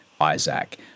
Isaac